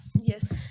Yes